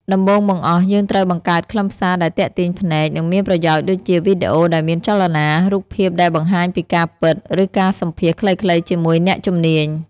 ដំបូងបង្អស់ យើងត្រូវបង្កើតខ្លឹមសារដែលទាក់ទាញភ្នែក និងមានប្រយោជន៍ដូចជា វីដេអូដែលមានចលនា រូបភាពដែលបង្ហាញពីការពិត ឬការសម្ភាសន៍ខ្លីៗជាមួយអ្នកជំនាញ។